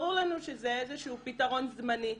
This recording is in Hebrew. ברור לנו שזה איזשהו פתרון זמני.